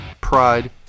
pride